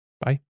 Bye